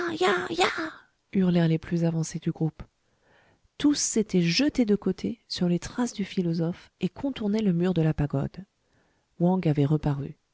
hurlèrent les plus avancés du groupe tous s'étaient jetés de côté sur les traces du philosophe et contournaient le mur de la pagode wang avait reparu